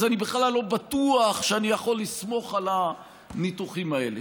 אז אני בכלל לא בטוח שאני יכול לסמוך על הניתוחים האלה,